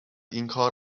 اینکار